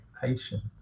patience